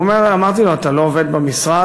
אמרתי לו: אתה לא עובד במשרד?